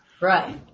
Right